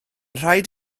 rhaid